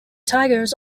tigers